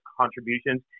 contributions